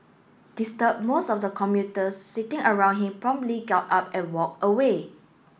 disturbed most of the commuters sitting around him promptly got up and walked away